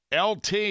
Lt